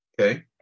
Okay